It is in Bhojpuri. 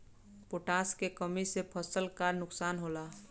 पोटाश के कमी से फसल के का नुकसान होला?